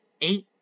eight